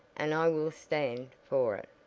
and i will stand for it.